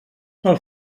pel